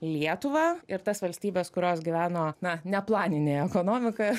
lietuvą ir tas valstybes kurios gyveno na neplaninėj ekonomikoj